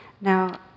Now